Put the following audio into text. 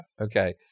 Okay